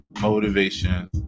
motivation